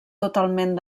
totalment